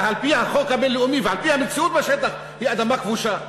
שעל-פי החוק הבין-לאומי ועל-פי המציאות בשטח היא אדמה כבושה.